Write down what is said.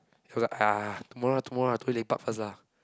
he was like ah tomorrow tomorrow lah today lepak first lah